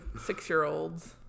six-year-olds